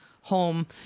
home